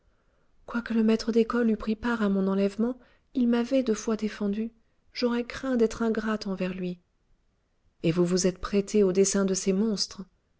quoique le maître d'école eût pris part à mon enlèvement il m'avait deux fois défendue j'aurais craint d'être ingrate envers lui et vous vous êtes prêtée aux desseins de ces monstres